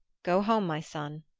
go home, my son.